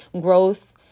Growth